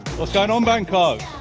what's going on bangkok?